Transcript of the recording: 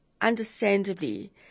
understandably